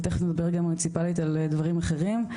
ותכף נדבר מוניציפלית על דברים אחרים.